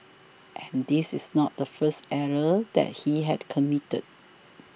and this is not the first error that he had committed